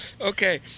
Okay